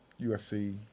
USC